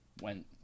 went